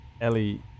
ellie